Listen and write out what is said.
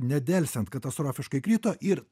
nedelsiant katastrofiškai krito ir